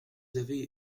avez